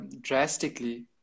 drastically